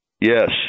yes